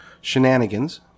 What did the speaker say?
shenanigans